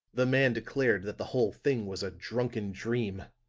the man declared that the whole thing was a drunken dream.